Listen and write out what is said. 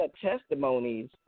testimonies